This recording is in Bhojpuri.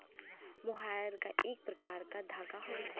मोहायर एक प्रकार क धागा हउवे